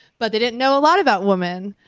but they didn't know a lot about women.